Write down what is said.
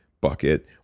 bucket